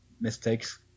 mistakes